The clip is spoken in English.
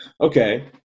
okay